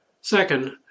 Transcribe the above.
Second